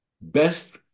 Best